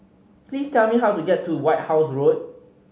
please tell me how to get to White House Road